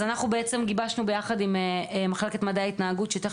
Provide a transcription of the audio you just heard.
אנחנו גיבשנו ביחד עם מחלקת מדעי ההתנהגות,